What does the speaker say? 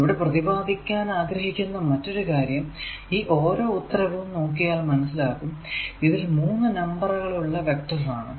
ഇവിടെ പ്രതിപാദിക്കാനാഗ്രഹിക്കുന്ന മറ്റൊരു കാര്യം ഈ ഓരോ ഉത്തരവും നോക്കിയാൽ മനസ്സിലാകും ഇതിൽ 3 നമ്പറുകൾ ഉള്ള വെക്റ്റർ ആണ്